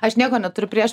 aš nieko neturiu prieš